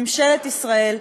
ממשלת ישראל,